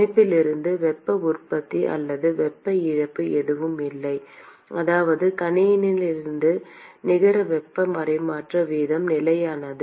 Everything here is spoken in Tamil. அமைப்பிலிருந்து வெப்ப உற்பத்தி அல்லது வெப்ப இழப்பு எதுவும் இல்லை அதாவது கணினியிலிருந்து நிகர வெப்பப் பரிமாற்ற வீதம் நிலையானது